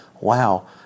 wow